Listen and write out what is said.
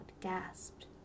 gasped